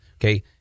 Okay